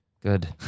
good